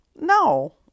No